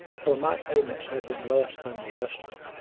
for my payments had been less than the estimate.